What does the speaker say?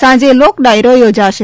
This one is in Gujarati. સાંજે લોક ડાયરો યોજાશે